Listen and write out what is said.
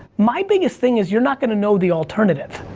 my biggest thing is you're not gonna know the alternative.